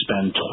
spend